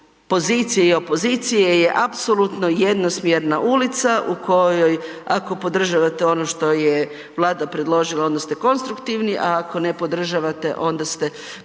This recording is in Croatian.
pozicije i opozicije je apsolutno jednosmjerna ulica u kojoj ako podržavate ono što je Vlada predložila onda ste konstruktivni, a ako ne podržavate onda ste populisti,